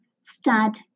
start